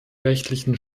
rechtlichen